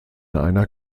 einer